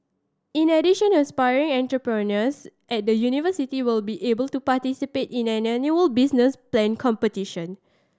in addition aspiring entrepreneurs at the university will be able to participate in an annual business plan competition